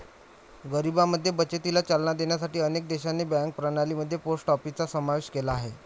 गरिबांमध्ये बचतीला चालना देण्यासाठी अनेक देशांनी बँकिंग प्रणाली मध्ये पोस्ट ऑफिसचा समावेश केला आहे